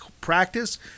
practice